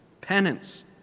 Penance